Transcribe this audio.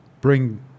bring